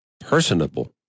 Personable